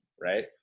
right